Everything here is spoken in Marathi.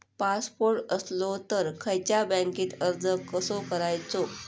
पासपोर्ट असलो तर खयच्या बँकेत अर्ज कसो करायचो?